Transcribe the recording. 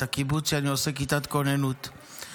את הקיבוץ שאני בכיתת הכוננות בה.